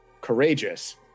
courageous